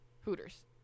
hooters